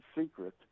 secret